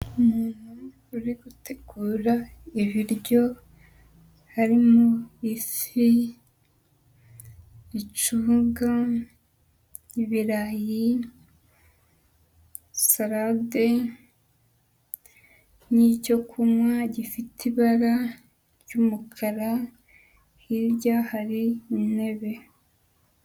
Umuntu uri gutegura ibiryo, harimo ifi, icunga, ibirayi, salade n'i icyo kunywa gifite ibara ry'umukara hirya hari intebe.